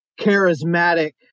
charismatic